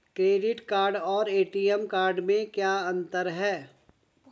Credit card और ATM card में क्या अंतर है?